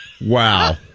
Wow